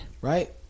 right